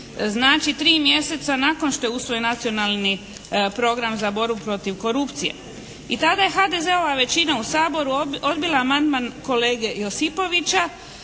Znači 3 mjeseca nakon što je usvojen Nacionalni program za borbu protiv korupcije. I tada je HDZ-ova većina u Saboru odbila amandman kolege Josipovića,